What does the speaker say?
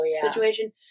situation